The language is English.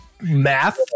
Math